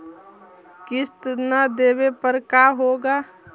किस्त न देबे पर का होगा?